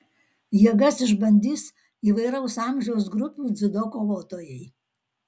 jėgas išbandys įvairaus amžiaus grupių dziudo kovotojai